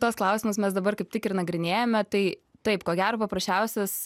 tuos klausimus mes dabar kaip tik ir nagrinėjame tai taip ko gero paprasčiausias